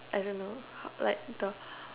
I don't know like the